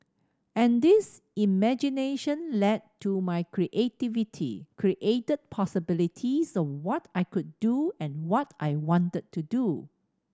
and this imagination led to my creativity created possibilities of what I could do and what I wanted to do